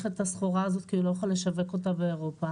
את הסחורה הזאת כי הוא לא יכול לשווק אותה באירופה,